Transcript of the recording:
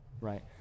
Right